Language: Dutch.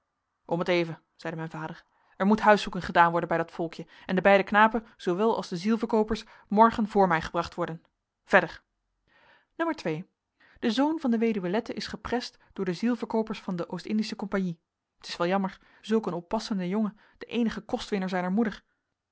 om t even zeide mijn vader er moet huiszoeking gedaan worden bij dat volkje en de beide knapen zoowel als de zielverkoopers morgen voor mij gebracht worden verder n de zoon van de weduwe lette is geprest door de zielverkoopers van de o i compagnie t is wel jammer zulk een oppassende jongen de eenige kostwinner zijner moeder